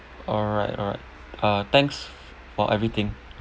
alright alright uh thanks for everything